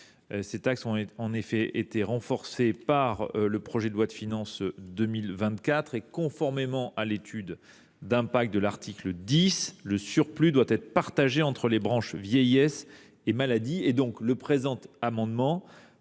qui ont été renforcées par le projet de loi de finances pour 2024. Conformément à l’étude d’impact de l’article 10, ce surplus doit être partagé entre les branches vieillesse et maladie. Le présent amendement